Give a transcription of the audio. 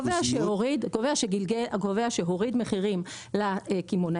הוא קובע שהוריד מחירים לספקים,